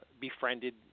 befriended